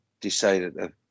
decided